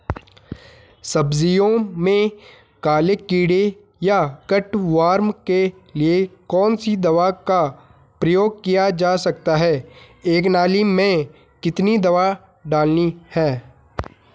सब्जियों में काले कीड़े या कट वार्म के लिए कौन सी दवा का प्रयोग किया जा सकता है एक नाली में कितनी दवा डालनी है?